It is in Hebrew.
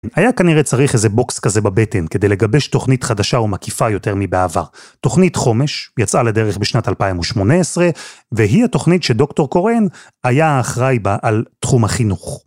היה כנראה צריך איזה בוקס כזה בבטן כדי לגבש תוכנית חדשה ומקיפה יותר מבעבר. תוכנית חומש יצאה לדרך בשנת 2018, והיא התוכנית שדוקטור קורן היה האחראי בה על תחום החינוך.